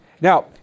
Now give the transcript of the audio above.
Now